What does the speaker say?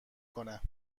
کنه